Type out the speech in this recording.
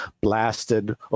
blasted